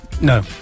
No